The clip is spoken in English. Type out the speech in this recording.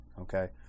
okay